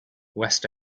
west